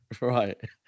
Right